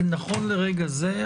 נכון לרגע זה,